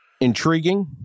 Intriguing